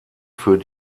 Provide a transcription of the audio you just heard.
für